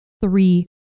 three